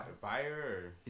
Buyer